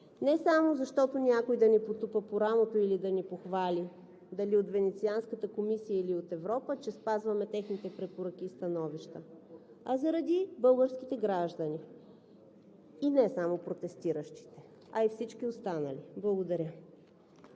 не само някой да ни потупа по рамото или да ни похвали – дали от Венецианската комисия, или от Европа, че спазваме техните препоръки и становища, а заради българските граждани – и не само протестиращите, а и всички останали. Благодаря.